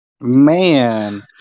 Man